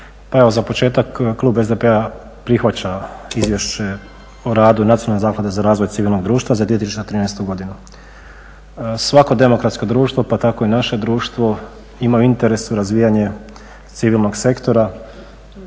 Pa evo za početak klub SDP-a prihvaća Izvješće o radu Nacionalne zaklade za razvoj civilnog društva za 2013.godinu. Svako demokratsko društvo pa tako i naše društvo ima u interesu razvijanje civilnog sektora.